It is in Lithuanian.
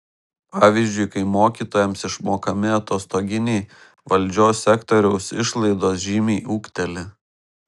pavyzdžiui kai mokytojams išmokami atostoginiai valdžios sektoriaus išlaidos žymiai ūgteli